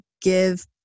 give